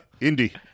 Indy